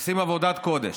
הם עושים עבודת קודש,